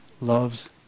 loves